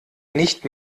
nicht